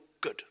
good